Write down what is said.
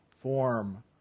form